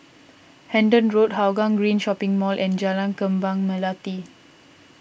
Hendon Road Hougang Green Shopping Mall and Jalan Kembang Melati